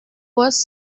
was